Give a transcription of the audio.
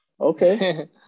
Okay